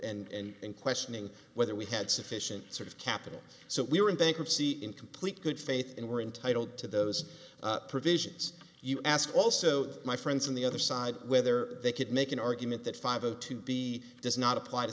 and questioning whether we had sufficient sort of capital so we were in bankruptcy in complete good faith and were entitled to those provisions you ask also my friends on the other side whether they could make an argument that five a to b does not apply to